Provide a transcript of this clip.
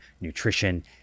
nutrition